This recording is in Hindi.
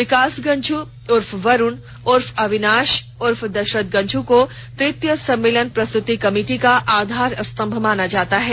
विकास गंझू उर्फ वरुण उर्फ अविनाश उर्फ दशरथ गंझू को तृतीय सम्मेलन प्रस्तृति कमेटी का आधार स्तंभ माना जाता है